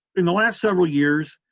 in the last several years,